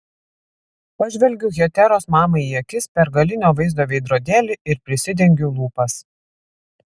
pažvelgiu heteros mamai į akis per galinio vaizdo veidrodėlį ir prisidengiu lūpas